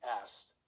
asked